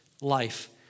life